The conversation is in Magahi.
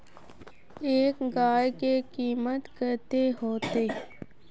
एक गाय के कीमत कते होते?